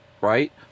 right